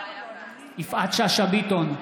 יפעת שאשא ביטון,